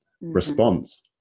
response